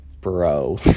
bro